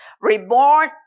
Reborn